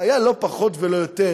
היה לא פחות ולא יותר,